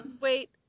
wait